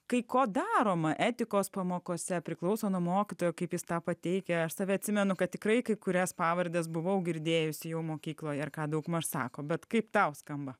kai ko daroma etikos pamokose priklauso nuo mokytojo kaip jis tą pateikia aš save atsimenu kad tikrai kai kurias pavardes buvau girdėjusi jau mokykloje ar ką daugmaž sako bet kaip tau skamba